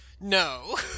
No